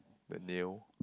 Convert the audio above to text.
the nail